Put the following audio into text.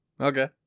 Okay